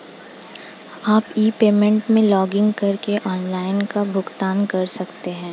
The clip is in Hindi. आप ई पेमेंट में लॉगइन करके ऑनलाइन कर का भुगतान कर सकते हैं